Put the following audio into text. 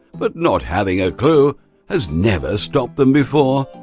but not having a clue has never stopped them before.